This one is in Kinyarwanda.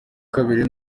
kabiri